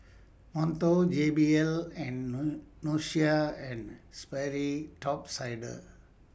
Monto J B L and Nautica and Sperry Top Sider